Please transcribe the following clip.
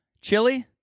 Chili